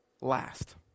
last